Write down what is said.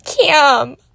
Cam